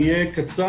אני אהיה קצר,